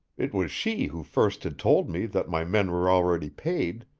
it was she who first had told me that my men were already paid,